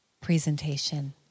presentation